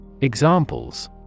Examples